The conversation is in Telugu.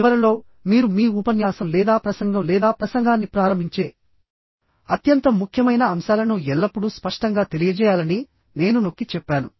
చివరలోమీరు మీ ఉపన్యాసం లేదా ప్రసంగం లేదా ప్రసంగాన్ని ప్రారంభించే అత్యంత ముఖ్యమైన అంశాలను ఎల్లప్పుడూ స్పష్టంగా తెలియజేయాలని నేను నొక్కి చెప్పాను